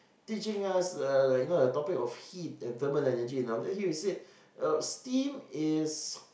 teaching us uh like you know the topic of heat and thermal energy and after that then he will say uh steam is